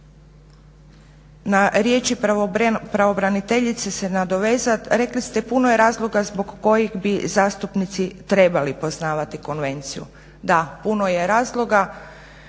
na riječi pravobraniteljice se nadovezat, rekli ste puno je razloga zbog kojih bi zastupnici trebali poznavati konvenciju. Da puno je razloga,